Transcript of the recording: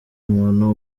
umuntu